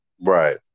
Right